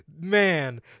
man